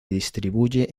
distribuye